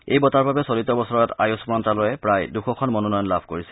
এই বঁটাৰ বাবে চলিত বছৰত আয়ুস মন্ত্যালয়ে প্ৰায় দুশখন মনোনয়ন লাভ কৰিছে